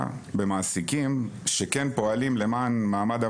במעסיקים שכן פועלים למען מעמד המאמן.